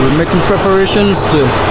making preparations to